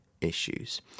issues